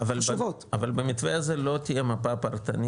חשובות -- אבל במתווה הזה לא תהיה מפה פרטנית?